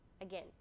Again